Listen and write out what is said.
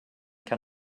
kan